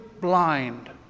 blind